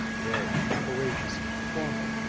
grave, courageous, formal,